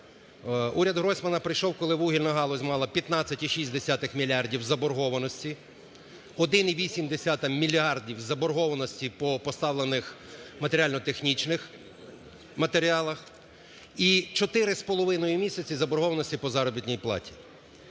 Уряд Гройсмана прийшов, коли вугільна галузь мала 15,6 мільярдів заборгованості, 1,8 мільярдів заборгованості по поставлених матеріально-технічних матеріалах, і 4 з половиною місяці заборгованості по заробітній платі.